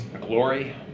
Glory